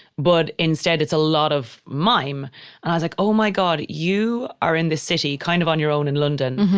but instead, it's a lot of mime. i was like, oh, my god. you are in this city, kind of on your own in london.